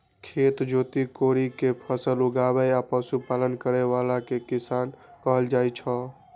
खेत जोति कोड़ि कें फसल उगाबै आ पशुपालन करै बला कें किसान कहल जाइ छै